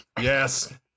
Yes